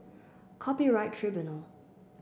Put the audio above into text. Copyright Tribunal